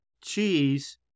cheese